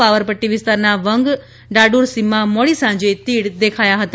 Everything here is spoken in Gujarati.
પાવરપટ્ટી વિસ્તારના વંગ ડાડોર સીમમાં મોડી સાંજે તીડ દેખાયા હતા